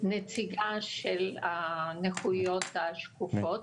כנציגה של הנכויות השקופות.